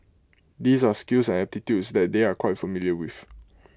these are skills and aptitudes that they are quite familiar with